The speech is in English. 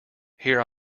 here